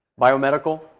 Biomedical